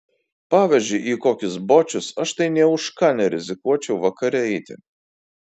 pavyzdžiui į kokius bočius aš tai nė už ką nerizikuočiau vakare eiti